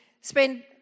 spend